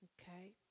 okay